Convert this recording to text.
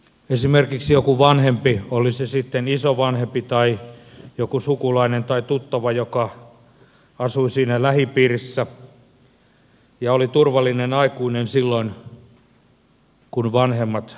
esimerkiksi joku vanhempi oli se sitten isovanhempi tai joku sukulainen tai tuttava joka asui siinä lähipiirissä oli turvallinen aikuinen silloin kun vanhemmat työskentelivät